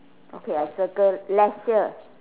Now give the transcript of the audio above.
okay I circle leisure